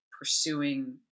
pursuing